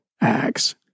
acts